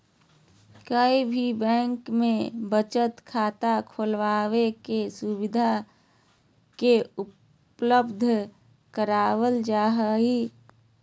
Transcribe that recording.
कोई भी बैंक में बचत खाता के खुलबाबे के सुविधा के उपलब्ध करावल जा हई